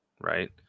right